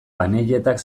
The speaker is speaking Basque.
panelletak